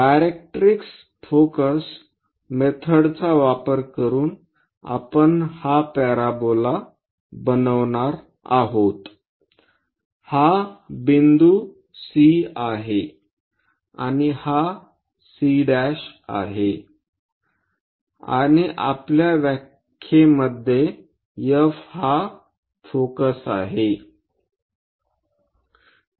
directrix focus मेथडचा वापर करून आपण हा पॅराबोला बनवणार आहोत हा पॉईंट C आहे आणि हा C' आहे आणि आपल्या व्याख्येमध्ये F हा फोकस आहे